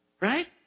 Right